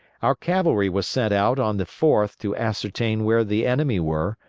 our cavalry were sent out on the fourth to ascertain where the enemy were,